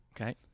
Okay